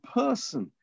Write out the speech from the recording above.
person